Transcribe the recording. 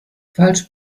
falsch